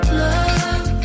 love